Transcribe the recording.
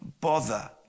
bother